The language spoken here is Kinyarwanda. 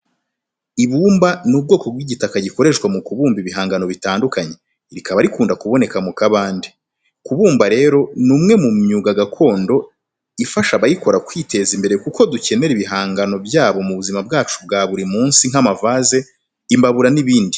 Ibumba ni ubwoko bw'igitaka gikoreshwa mu kubumba ibihangano bitandukanye, rikaba rikunda kuboneka mu kabande. Kubumba rero ni umwe mu myuga gakondo ifasha abayikora kwiteza imbere kuko dukenera ibihangano byabo mu buzima bwacu bwa buri munsi nk'amavaze, imbabura n'ibindi.